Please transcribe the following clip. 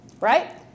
right